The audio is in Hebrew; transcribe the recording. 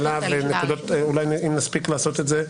השאלה היא לנסות להבין את התפיסה היסודית.